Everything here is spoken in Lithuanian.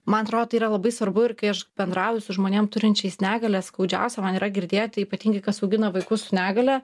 man atrodo tai yra labai svarbu ir kai aš bendrauju su žmonėm turinčiais negalią skaudžiausia man yra girdėti ypatingai kas augina vaikus su negalia